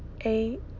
eight